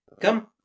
Come